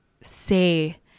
say